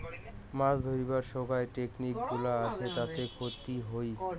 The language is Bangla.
মাছ ধরিবার সোগায় টেকনিক গুলা আসে তাতে ক্ষতি হই